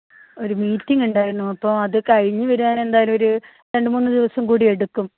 ഒരു മീറ്റിംഗ് ഉണ്ടായിരുന്നു അപ്പോൾ അത് കഴിഞ്ഞ് വരാൻ എന്തായാലും ഒരു രണ്ടു മൂന്നു ദിവസം കൂടി എടുക്കും